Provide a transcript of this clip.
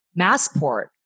Massport